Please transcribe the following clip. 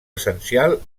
essencial